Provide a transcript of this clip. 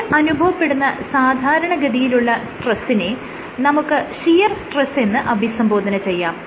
ഇവിടെ അനുഭവപ്പെടുന്ന സാധാരണഗതിയിലുള്ള സ്ട്രെസ്സിനെ നമുക്ക് ഷിയർ സ്ട്രെസ് എന്ന് അഭിസംബോധന ചെയ്യാം